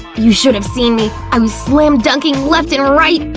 you should've seen me! i was slam-dunking left and right!